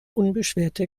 unbeschwerte